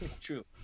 True